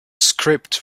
script